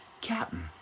Captain